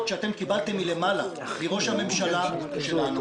שאתם קיבלתם מלמעלה מראש הממשלה שלנו,